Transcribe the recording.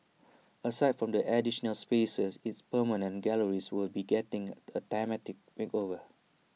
aside from the additional spaces its permanent galleries will be getting A thematic makeover